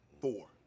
Four